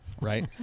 right